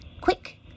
quick